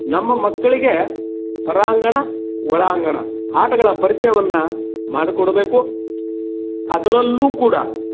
ನಮ್ಮ ಮಕ್ಕಳಿಗೆ ಹೊರಾಂಗಣ ಒಳಾಂಗಣ ಆಟಗಳ ಪರಿಚಯವನ್ನ ಮಾಡಿಕೊಡಬೇಕು ಅದರಲ್ಲೂ ಕೂಡ